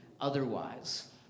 otherwise